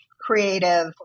creative